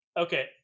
okay